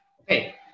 Okay